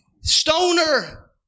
Stoner